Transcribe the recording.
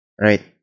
right